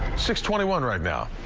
six twenty one right now.